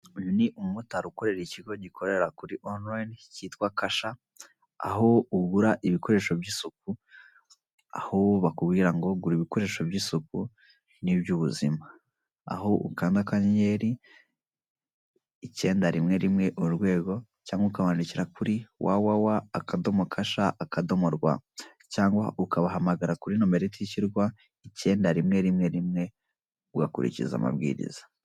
Uyu ni umumotari ukorera ikigo gikorera ku ikoranabuhanga kitwa Kasha, aho ugura ibikoresho by'isuku, aho bakubwira ngo gura ibikoresho by'isuku n'iby'ubuzima, aho ukanda icyenda rimwe rimwe urwego cyangwa ukabandikira kuri www.kasha.rwa cyangwa ukabahamagara kuri nomero itishyurwa rimwe rimwe rimwe, ugakurikiza amabwiriza.